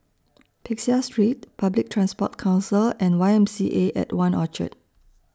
Peck Seah Street Public Transport Council and Y M C A At one Orchard